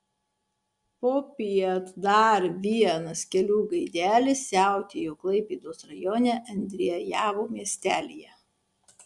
popiet dar vienas kelių gaidelis siautėjo klaipėdos rajone endriejavo miestelyje